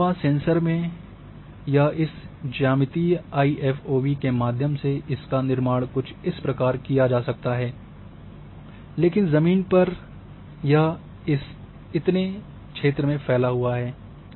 इसके अलावा सेंसर में यह इस ज्यामितीय आईएफओवी के माध्यम से इसका निर्माण कुछ इस प्रकार किया जा सकता लेकिन ज़मीन पर यह इस इतने क्षेत्र को में फैला हुआ है